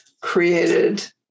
created